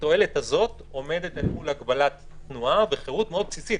התועלת הזאת עומדת אל מול הגבלת תנועה וחירות מאוד בסיסית.